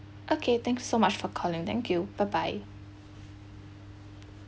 okay thanks so much for calling thank you bye bye